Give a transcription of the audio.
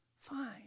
fine